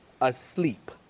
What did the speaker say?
asleep